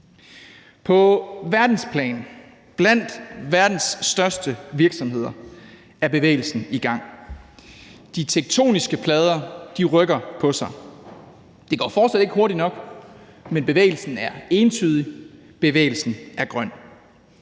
På verdensplan blandt verdens største virksomheder er bevægelsen i gang. De tektoniske plader rykker på sig. Det går fortsat ikke hurtigt nok, men bevægelsen er entydig, bevægelsen er grøn.